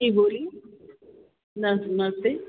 जी बोलिए नस नमस्ते